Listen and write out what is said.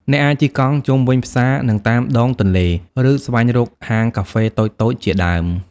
អ្នកអាចជិះកង់ជុំវិញផ្សារ និងតាមដងទន្លេ ឬស្វែងរកហាងកាហ្វេតូចៗជាដើម។